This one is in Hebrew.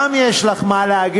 גם יש לך מה להגיד.